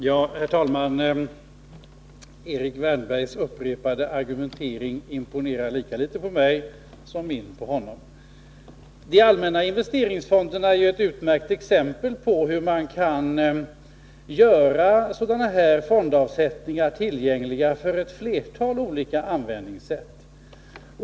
Herr talman! Erik Wärnbergs upprepade argumentering imponerar lika litet på mig som min på honom. De allmänna investeringsfonderna är ett utmärkt exempel på hur man kan göra sådana fondavsättningar tillgängliga för ett flertal olika användningssätt.